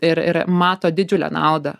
ir ir mato didžiulę naudą